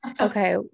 Okay